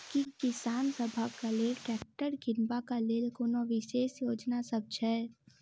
की किसान सबहक लेल ट्रैक्टर किनबाक लेल कोनो विशेष योजना सब छै?